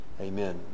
Amen